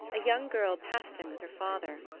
a young girl passed him with her father.